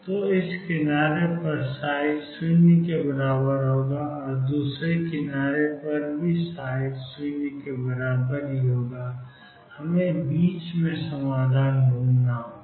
तो इस किनारे पर ψ0 और दूसरे किनारे पर ψ0 और हमें बीच में समाधान बनाना होगा